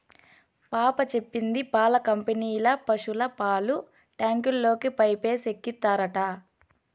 పాప చెప్పింది పాల కంపెనీల పశుల పాలు ట్యాంకుల్లోకి పైపేసి ఎక్కిత్తారట